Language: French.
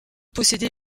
posséder